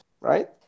right